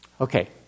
Okay